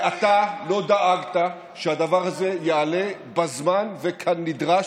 ואתה לא דאגת שהדבר הזה יעלה בזמן וכנדרש,